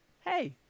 Hey